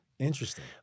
Interesting